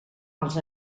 els